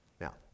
Now